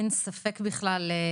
אין ספק בכלל,